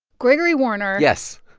gregory warner yes,